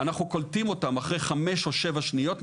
אנחנו קולטים אותם אחרי חמש או שבע שניות,